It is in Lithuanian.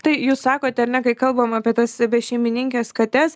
tai jūs sakote ar ne kai kalbam apie tas bešeimininkes kates